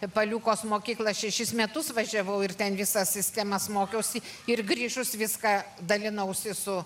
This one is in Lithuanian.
paliukos mokykla šešis metus važiavau ir ten visas sistemas mokiausi ir grįžus viską dalinausi su